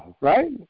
right